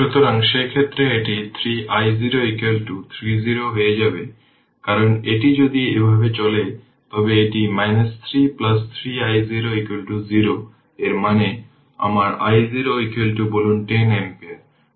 সুতরাং সেক্ষেত্রে এটি 3 i0 30 হয়ে যাবে কারণ এটি যদি এভাবে চলে তবে এটি 30 3 i0 0 এর মানে আমার i0 বলুন 10 অ্যাম্পিয়ার